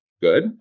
good